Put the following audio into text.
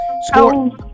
Score